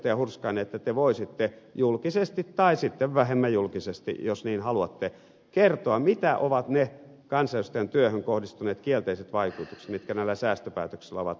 hurskainen että te voisitte julkisesti tai sitten vähemmän julkisesti jos niin haluatte kertoa mitä ovat ne kansanedustajan työhön kohdistuneet kielteiset vaikutukset mitä näillä säästöpäätöksillä on ollut